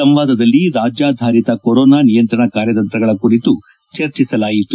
ಸಂವಾದದಲ್ಲಿ ರಾಜ್ಯಾಧಾರಿತ ಕೊರೊನಾ ನಿಯಂತ್ರಣ ಕಾರ್ಯತಂತ್ರಗಳ ಕುರಿತು ಚರ್ಚಿಸಲಾಯಿತು